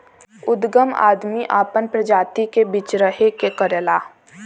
उदगम आदमी आपन प्रजाति के बीच्रहे के करला